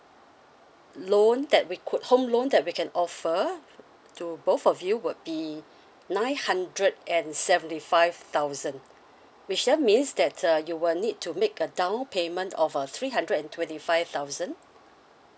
loan that we could home loan that we can offer to both of you would be nine hundred and seventy five thousand which then means that uh you will need to make a down payment of a three hundred and twenty five thousand